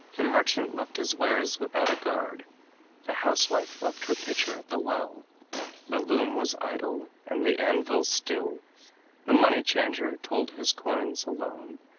the merchant left his wares without a guard the housewife left her pitcher at the well the loom was idle and the anvil still the money-changer told his coins alone,